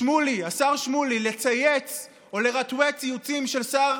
שמולי, השר שמולי, לצייץ או לרטווט ציוצים של שר,